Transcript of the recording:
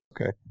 Okay